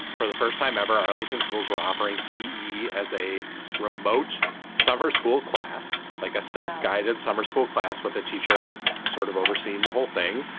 for the first time ever, arlington schools were offering pe as a remote summer school class, like a self guided summer school class with a teacher sort of overseeing the whole thing.